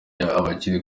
abari